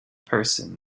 person